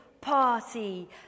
party